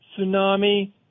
tsunami